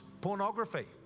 pornography